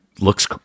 looks